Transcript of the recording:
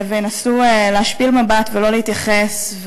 וינסו להשפיל מבט ולא להתייחס,